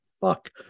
Fuck